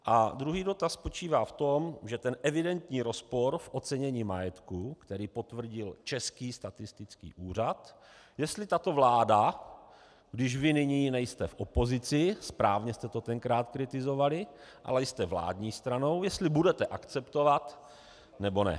A druhý dotaz spočívá v tom, že evidentní rozpor v ocenění majetku, který potvrdil Český statistický úřad, jestli tato vláda, když vy nyní nejste v opozici, správně jste to tenkrát kritizovali, ale jste vládní stranou, jestli budete akceptovat, nebo ne.